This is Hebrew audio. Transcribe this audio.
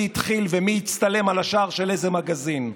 מי התחיל ומי יצטלם על השער של איזה מגזין.